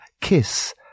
Kiss